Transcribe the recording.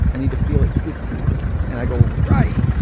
i need to feel it fifteen times and i go, right,